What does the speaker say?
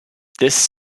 this